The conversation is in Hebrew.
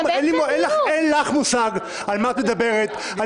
אין לך מושג על מה את מדברת.